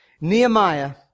Nehemiah